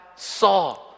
saw